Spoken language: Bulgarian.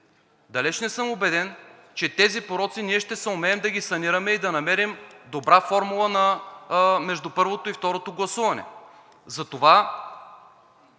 Далеч не съм убеден, че тези пороци ще съумеем да ги санираме и да намерим добра формула между първото и второто гласуване.